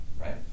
right